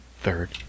third